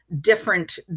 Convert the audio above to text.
different